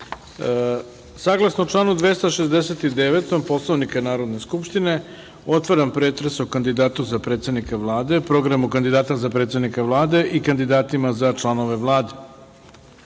4.Saglasno članu 269. Poslovnika Narodne skupštine, otvaram pretres o kandidatu za predsednika Vlade, programu kandidata za predsednika Vlade i kandidatima za članove Vlade. Pre